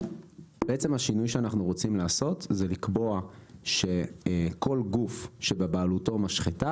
השינוי שאנחנו רוצים לעשות זה לקבוע שכל גוף שבבעלותו משחטה